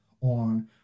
on